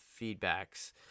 feedbacks